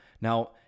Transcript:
Now